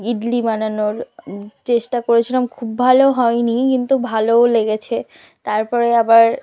ইডলি বানানোর চেষ্টা করেছিলাম খুব ভালো হয়নি কিন্তু ভালোও লেগেছে তার পরে আবার